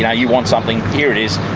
yeah you want something. here it is,